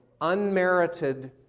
unmerited